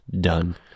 done